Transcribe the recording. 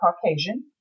Caucasian